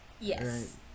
Yes